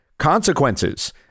consequences